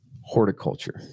horticulture